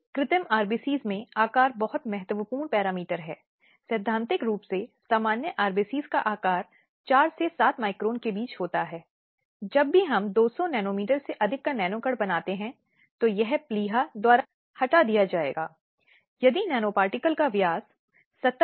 यह कुछ ऐसा है जो वास्तव में बहुत मुश्किल है और कहते हैं कि ये उन प्रकार के अत्याचार हैं जो वहां हैं